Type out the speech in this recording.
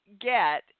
get